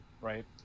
right